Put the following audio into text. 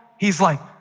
he's like,